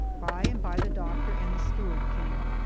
by and by the doctor and the steward came.